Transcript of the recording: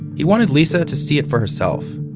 he wanted lisa to see it for herself.